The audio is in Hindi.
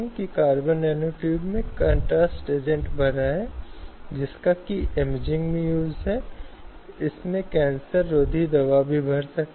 यह महिलाओं के लिए हानिकारक या अवांछित होना चाहिए